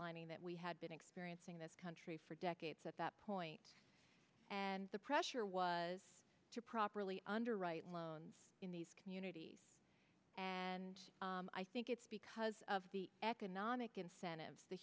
redlining that we had been experiencing this country for decades at that point and the pressure was to properly underwrite loans in these communities and i think it's because of the economic